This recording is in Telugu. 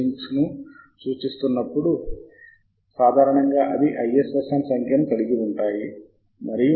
మరొక అంశం మరొక ఫీల్డ్ను జోడించండి మీరు కలపవచ్చు మరియు సరి పోల్చవచ్చు మరియు కలయిక చేయవచ్చు